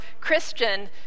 Christian